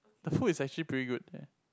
the food is actually pretty good there